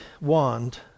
wand